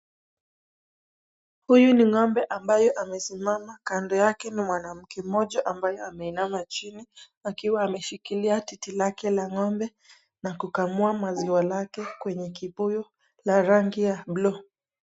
Huyu ni ng'ombe ambaye amesimama kando yake ni mwanamke mmoja ambaye ameinama chini akiwa ameshikilia titi lake la ng'ombe na kukamua maziwa lake kwenye kibuyu la rangi ya blue .